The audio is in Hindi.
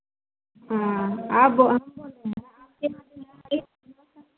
हाँ आप बो हम बोल रहे हैं ना आपके यहाँ जो है